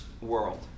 world